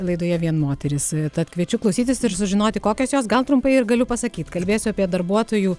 laidoje vien moterys tad kviečiu klausytis ir sužinoti kokios jos gal trumpai ir galiu pasakyt kalbėsiu apie darbuotojų